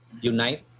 unite